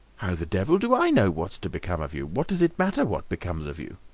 how the devil do i know what's to become of you? what does it matter what becomes of you?